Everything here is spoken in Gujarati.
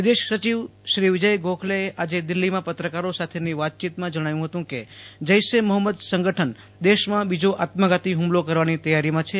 વિદેશ સચિવ વિજય ગોખલેએ આજે દિલ્હીમાં પત્રકારો સાથેની વાતચીતમાં જણાવ્યું હતું કે જૈશ એ મહંમદ સંગઠન દેશમાં બીજો આત્મઘાતી હુમલો કરવાની તૈયારીમાં છે